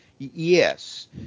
Yes